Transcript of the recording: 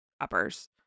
uppers